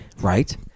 Right